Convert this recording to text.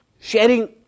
sharing